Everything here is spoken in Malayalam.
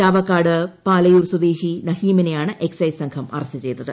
ചാവക്കാട് പാലയൂർ സ്വദേശി നഹീമിനെയാണ് എക്സൈസ് സംഘം അറസ്റ്റു ചെയ്തത്